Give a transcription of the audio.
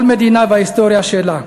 כל מדינה עם ההיסטוריה שלה,